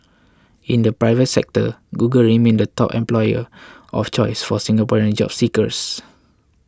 in the private sector Google remained the top employer of choice for Singaporean job seekers